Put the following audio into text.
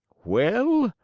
well,